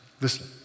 Listen